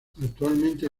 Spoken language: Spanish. actualmente